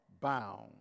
bound